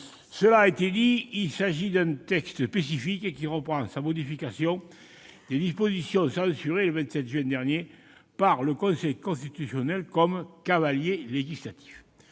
Cela a été dit, il s'agit d'un texte spécifique, qui reprend sans modification des dispositions censurées le 27 juin dernier par le Conseil constitutionnel en tant que « cavaliers législatifs